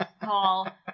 Paul